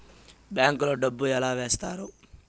bank లో డబ్బులు ఎలా వేస్తారు